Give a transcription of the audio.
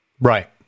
right